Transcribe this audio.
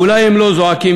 אולי הם לא זועקים,